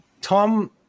Tom